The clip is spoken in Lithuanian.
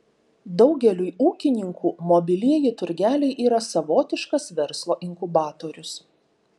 daugeliui ūkininkų mobilieji turgeliai yra savotiškas verslo inkubatorius